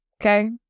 okay